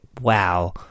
wow